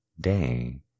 day